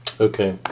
Okay